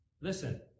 listen